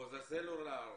חוזה סלולר,